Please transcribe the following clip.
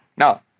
Now